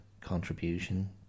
contribution